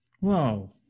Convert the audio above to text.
Wow